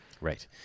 Right